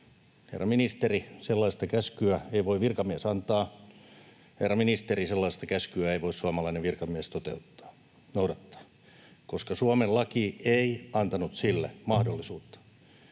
Herra ministeri, sellaista käskyä ei voi virkamies antaa. Herra ministeri, sellaista käskyä ei voi suomalainen virkamies noudattaa. — Koska Suomen laki ei antanut sille mahdollisuutta.